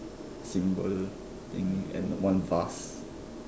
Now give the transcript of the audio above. symbol thing and one vase